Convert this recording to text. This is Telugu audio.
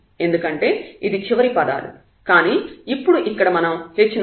ఎందుకంటే ఇది చివరి పదాలు కానీ ఇప్పుడు ఇక్కడ మనం h ను 0